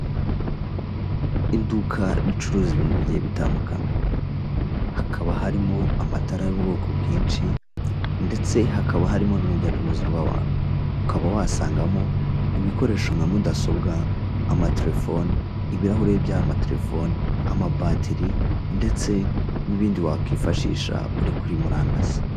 Iduka ricuruza ibintu bigiye bitandukanye. Hakaba harimo amatara y'ubwoko bwinshi ndetse hakaba harimo n'urujya n'uruza rw'abantu. Ukaba wasangamo ibikoresho nka mudasobwa, amatelefone, ibirahuri by'amatelefone, amabatiri ndetse n'ibindi wakwifashisha uri kuri murandasi.